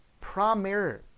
primary